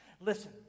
Listen